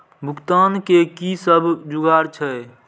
भुगतान के कि सब जुगार छे?